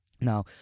now